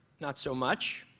not so much.